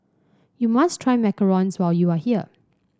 you must try macarons when you are here